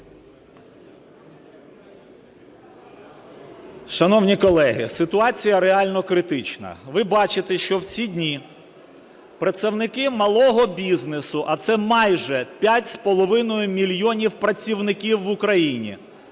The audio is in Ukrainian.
Шановні колеги, ситуація реально критична. Ви бачите, що в ці дні працівники малого бізнесу, а це майже 5,5 мільйонів працівників в Україні,